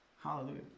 Hallelujah